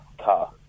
car